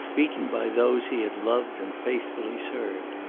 beaten by those he had loved and faithfully served.